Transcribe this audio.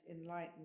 enlightened